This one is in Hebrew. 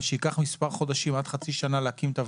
שייקח מספר חודשים עד חצי שנה להקים את הוועדות,